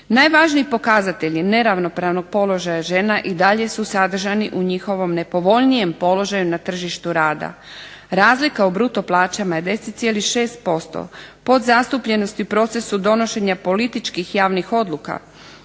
Najvažniji pokazatelji neravnopravnog položaja žena i dalje su sadržani u njihovom nepovoljnijem položaju na tržištu rada. Razlika u bruto plaćama je 10,6%, podzastupljenost u procesu donošenja političkih i radnih odluka,